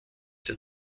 der